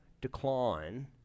decline